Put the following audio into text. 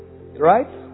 Right